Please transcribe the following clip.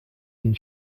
une